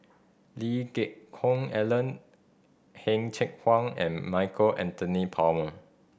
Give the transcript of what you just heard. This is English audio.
Lee Geck Hoon Ellen Heng Cheng Hwa and Michael Anthony Palmer